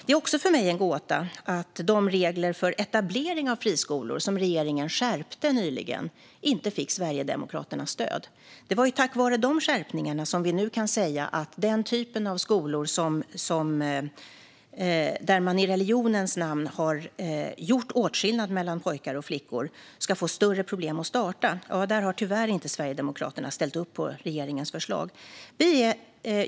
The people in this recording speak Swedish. Det är också för mig en gåta att de regler för etablering av friskolor som regeringen nyligen skärpte inte fick Sverigedemokraternas stöd. Det var tack vare de skärpningarna som vi nu kan säga att den typen av skolor där man i religionens namn har gjort åtskillnad mellan pojkar och flickor ska få större problem att starta. Där har tyvärr inte Sverigedemokraterna ställt upp på regeringens förslag.